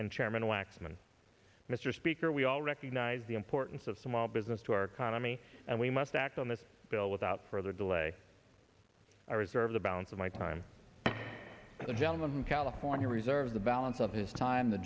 and chairman waxman mr speaker we all recognize the importance of small business to our economy and we must act on this bill without further delay i reserve the balance of my time the gentleman from california reserve the balance of his time the